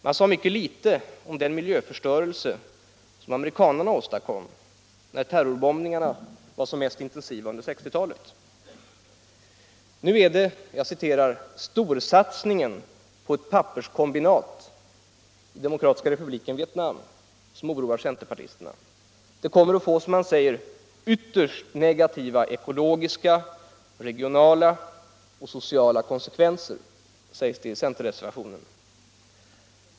Man sade mycket lite om den miljöförstörelse som amerikanarna åstadkom när terrorbombningarna var som mest intensiva under 1960-talet. Nu är det ”storsatsningen på ett papperskombinat i DRV” som oroar centerpartisterna. Det kommer att få ”ytterst negativa ekologiska, regionala och sociala konsekvenser”, sägs det i centerreservationen.